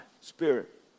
spirit